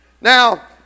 Now